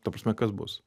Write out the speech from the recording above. ta prasme kas bus